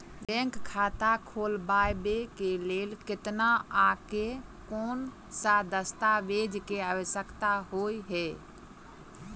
Bank खाता खोलबाबै केँ लेल केतना आ केँ कुन सा दस्तावेज केँ आवश्यकता होइ है?